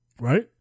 right